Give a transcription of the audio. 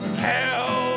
hell